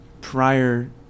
prior